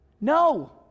no